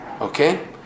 okay